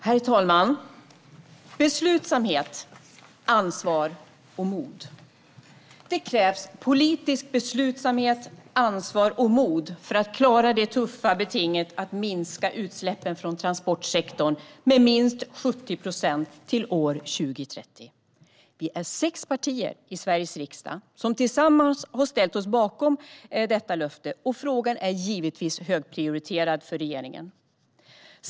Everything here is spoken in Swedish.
Herr talman! Beslutsamhet, ansvar och mod! Det krävs politisk beslutsamhet, ansvar och mod för att klara det tuffa betinget att minska utsläppen från transportsektorn med minst 70 procent till år 2030. Vi är sex partier i Sveriges riksdag som tillsammans har ställt oss bakom löftet, och frågan är givetvis högprioriterad för regeringen.